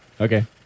okay